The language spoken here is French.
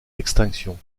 extinction